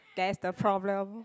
that's the problem